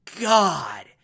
god